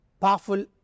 powerful